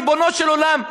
ריבונו של עולם,